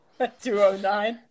209